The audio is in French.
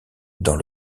dans